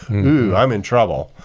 oh, i'm in trouble,